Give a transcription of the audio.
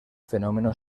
fenómeno